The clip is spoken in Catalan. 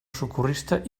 socorrista